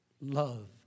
Love